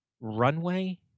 runway